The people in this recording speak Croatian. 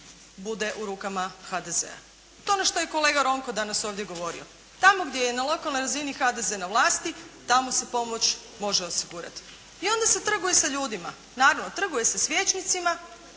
bude u rukama HDZ-a. To je ono što je kolega Ronko danas ovdje govorio. Tamo gdje je na lokalnoj razini HDZ na vlasti, tamo se pomoć može osigurati. I onda se trguje sa ljudima. Naravno, trguje se s vijećnicima